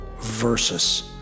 versus